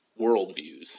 worldviews